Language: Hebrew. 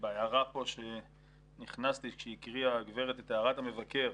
בהערה כשנכנסתי שהקריאה הגברת את הערת המבקר,